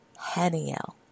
Haniel